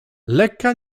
lekka